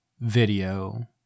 video